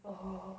(uh huh)